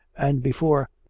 and before.